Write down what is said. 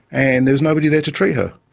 and there was nobody there to treat her.